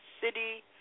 city